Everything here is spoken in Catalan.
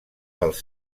pels